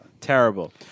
Terrible